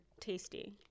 tasty